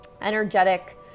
energetic